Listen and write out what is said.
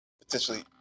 potentially